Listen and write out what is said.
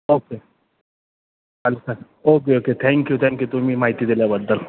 okay चालेल चालेल okay okay thank you thank you तुम्ही माहिती दिल्याबद्दल